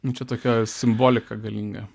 nu čia tokia simbolika galinga